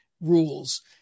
rules